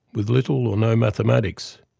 with little, or no mathematics.